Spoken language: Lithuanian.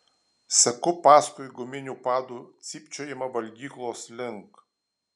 seku paskui guminių padų cypčiojimą valgyklos link